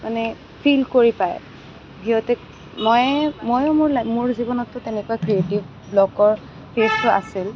মানে ফিল কৰি পায় সিহঁতে মই ময়ো মোৰ মোৰ জীৱনততো তেনেকুৱা ক্ৰিয়েটিভ ব্লকৰ কেছটো আছেই